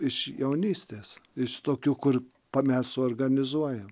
iš jaunystės iš tokių kur pamesu organizuoja